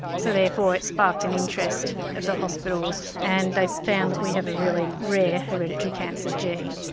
so therefore it sparked an interest at the hospitals and they found that we have a really rare hereditary cancer gene.